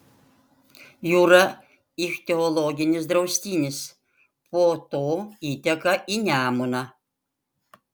jūra ichtiologinis draustinis po to įteka į nemuną